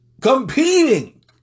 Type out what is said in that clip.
Competing